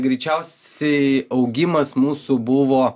greičiausiai augimas mūsų buvo